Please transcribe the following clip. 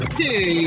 two